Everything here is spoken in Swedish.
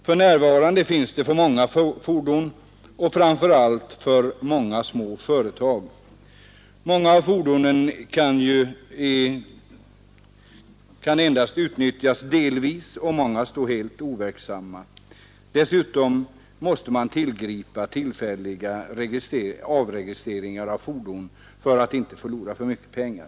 För närvarande finns för många fordon och framför allt för många små företag. Många av fordonen kan endast utnyttjas delvis, och många står helt overksamma. Dessutom måste man Nr 92 tillgripa tillfälliga avregistreringar av fordon för att inte förlora för Måndagen den mycket pengar.